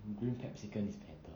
green capsicum is better